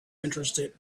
interested